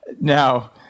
Now